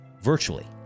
virtually